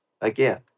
again